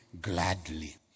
gladly